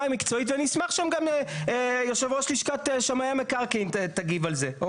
המקצועית ואני אשמח שגם יו"ר לשכת שמאי המקרקעין תגיב על זה.